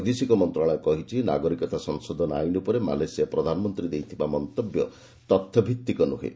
ବୈଦେଶିକ ମନ୍ତ୍ରଣାଳୟ କହିଛି ନାଗରିକତା ସଂଶୋଧନ ଆଇନ୍ ଉପରେ ମାଲେସିଆ ପ୍ରଧାନମନ୍ତ୍ରୀ ଦେଇଥିବା ମନ୍ତବ୍ୟ ତଥ୍ୟ ଭିତ୍ତିକ ନୁହେଁ